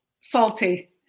Salty